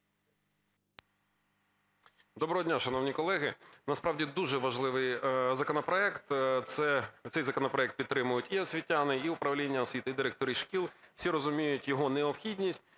Доброго дня, шановні колеги! Насправді дуже важливий законопроект, цей законопроект підтримують і освітяни, і управління освіти, і директори шкіл. Всі розуміють його необхідність.